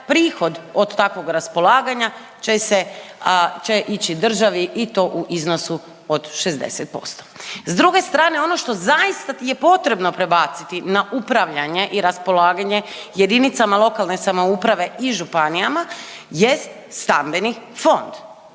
prihod od takvog raspolaganja će se, će ići državi i to u iznosu od 60%. S druge strane, ono što zaista ti je potrebno prebaciti na upravljanje i raspolaganje jedinicama lokalne samouprave i županijama jest stambeni fond,